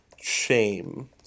shame